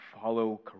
follow